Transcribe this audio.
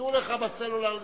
אסור לך בסלולר לדבר.